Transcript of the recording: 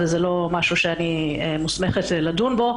זה לא משהו שאני מוסמכת לדון בו,